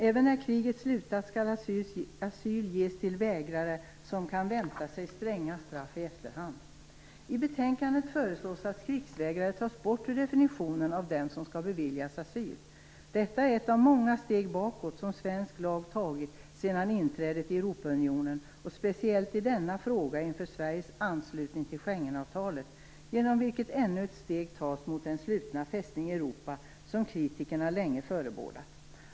Även när kriget slutat skall asyl ges till vägrare som kan vänta sig stränga straff i efterhand. I betänkandet föreslås att krigsvägrare tas bort ur definitionen av dem som skall beviljas asyl. Detta är ett av många steg bakåt som svensk lag har tagit sedan inträdet i Europaunionen och, speciellt i denna fråga, inför Sveriges anslutning till Schengenavtalet, genom vilket ännu ett steg tas mot den slutna fästning Europa som kritikerna länge förebådat.